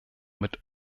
mit